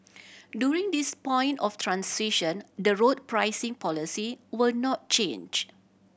during this point of transition the road pricing policy will not change